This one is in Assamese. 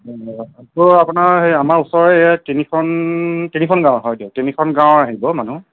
আকৌ আপোনাৰ সেই আমাৰ ওচৰৰে তিনিখন তিনিখন গাঁৱৰ হয় দিয়ক তিনিখন গাঁৱৰ আহিব মানুহ